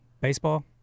Baseball